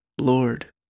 Lord